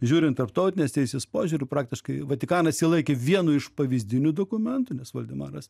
žiūrint tarptautinės teisės požiūriu praktiškai vatikanas jį laikė vienu iš pavyzdinių dokumentų nes valdemaras